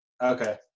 Okay